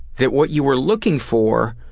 that what you were looking for